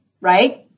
right